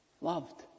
loved